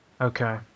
Okay